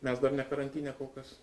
mes dar ne karantine kol kas